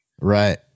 Right